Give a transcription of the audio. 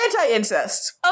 Anti-incest